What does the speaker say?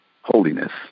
holiness